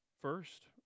first